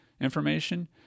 information